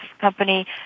company